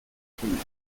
tenis